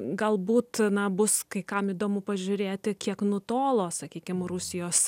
galbūt na bus kai kam įdomu pažiūrėti kiek nutolo sakykim rusijos